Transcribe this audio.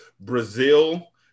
brazil